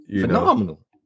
Phenomenal